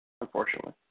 Unfortunately